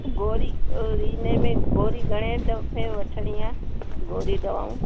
गोरी अ इनमें गोरी घणे दफ़े वठिणी आहे गोरी दवाऊं